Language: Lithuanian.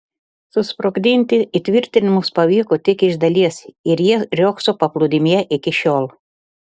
susprogdinti įtvirtinimus pavyko tik iš dalies ir jie riogso paplūdimyje iki šiol